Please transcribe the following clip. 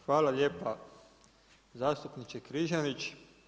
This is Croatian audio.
Hvala lijepa zastupniče Križanić.